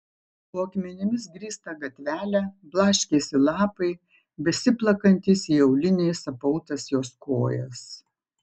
po akmenimis grįstą gatvelę blaškėsi lapai besiplakantys į auliniais apautas jos kojas